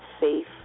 safe